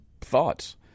thoughts